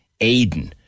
Aiden